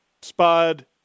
Spud